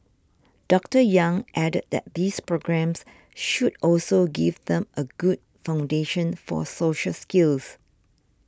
Doctor Yang added that these programmes should also give them a good foundation for social skills